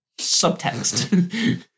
Subtext